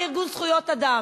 לארגון זכויות אדם.